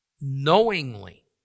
knowingly